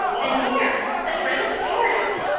and hair as red as carrots!